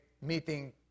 meeting